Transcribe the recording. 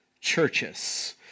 churches